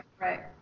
right